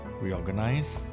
reorganize